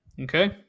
Okay